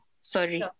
Sorry